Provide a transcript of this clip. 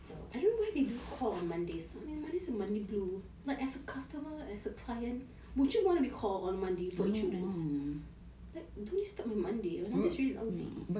so I don't know why they do calls on monday I mean mondays got monday blue as a customer as a client would you want to be called on monday for insurance like don't disturb me on monday monday is really lousy